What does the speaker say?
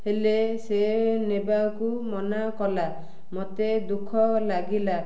ହେଲେ ସେ ନେବାକୁ ମନା କଲା ମତେ ଦୁଃଖ ଲାଗିଲା